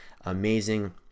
Amazing